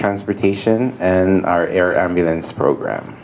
transportation and our air ambulance program